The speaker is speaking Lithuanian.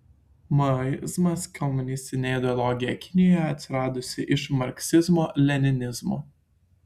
maoizmas komunistinė ideologija kinijoje atsiradusi iš marksizmo leninizmo